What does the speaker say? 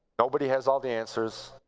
nobody has all the answers.